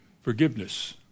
forgiveness